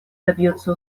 добьется